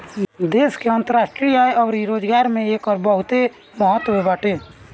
देश के राष्ट्रीय आय अउरी रोजगार में एकर बहुते महत्व बाटे